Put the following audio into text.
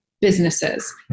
businesses